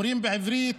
אומרים בעברית.